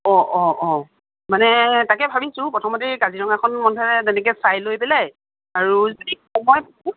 অঁ অঁ অঁ মানে তাকে ভাৱিছোঁ প্ৰথমতে কাজিৰঙাখন বোধহয় তেনেকে চাই লৈ পেলে আৰু যদি সময় থাকে